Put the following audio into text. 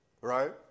Right